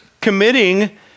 committing